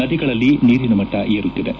ನದಿಗಳಲ್ಲಿ ನೀರಿನ ಮಟ್ಟ ಏರುತ್ತಿದ್ದೆ